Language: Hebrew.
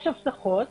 יש הבטחות,